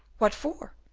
what for?